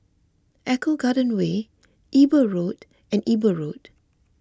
Eco Garden Way Eber Road and Eber Road